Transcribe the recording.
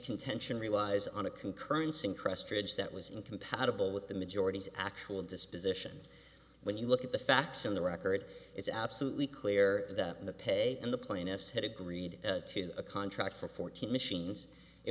contention relies on a concurrence in crest ridge that was incompatible with the majority's actual disposition when you look at the facts in the record it's absolutely clear that the pay and the plaintiffs had agreed to a contract for fourteen machines it